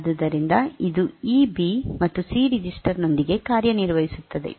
ಆದ್ದರಿಂದ ಇದು ಈ ಬಿ ಮತ್ತು ಸಿ ರಿಜಿಸ್ಟರ್ ನೊಂದಿಗೆ ಕಾರ್ಯನಿರ್ವಹಿಸುತ್ತದೆ